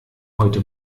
heute